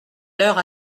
l’heure